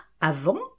avant